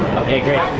okay, great.